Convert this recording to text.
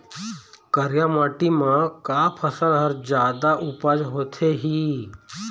करिया माटी म का फसल हर जादा उपज होथे ही?